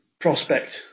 prospect